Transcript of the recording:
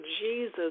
Jesus